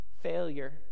failure